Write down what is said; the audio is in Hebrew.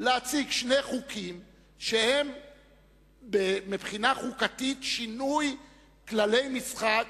להציג שני חוקים שהם מבחינה חוקתית שינוי כללי משחק